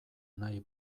nahi